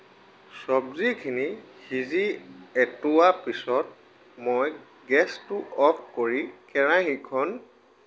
চবজিখিনি সিজি অতোৱা পিছত মই গেছটো অফ কৰি কেৰাহীখন